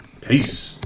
Peace